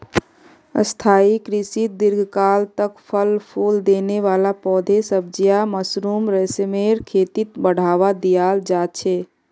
स्थाई कृषित दीर्घकाल तक फल फूल देने वाला पौधे, सब्जियां, मशरूम, रेशमेर खेतीक बढ़ावा दियाल जा छे